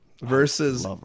versus